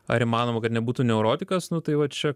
ar įmanoma kad nebūtų neurotikas nu tai va čia